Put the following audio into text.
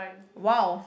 !wow!